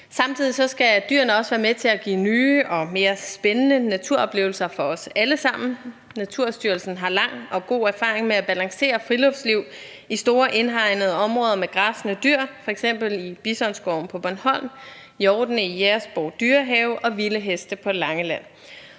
Samtidig skal dyrene også være med til at give nye og mere spændende naturoplevelser for os alle sammen. Naturstyrelsen har lang og god erfaring med at balancere friluftsliv i store indhegnede områder med græssende dyr, f.eks. Bisonskoven på Bornholm, hjortene i Jægersborg Dyrehave og vilde heste på Langeland,